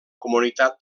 comunitat